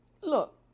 look